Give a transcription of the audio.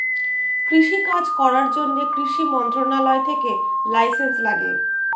কৃষি কাজ করার জন্যে কৃষি মন্ত্রণালয় থেকে লাইসেন্স লাগে